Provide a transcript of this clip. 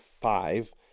five